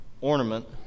ornament